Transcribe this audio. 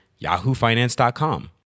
yahoofinance.com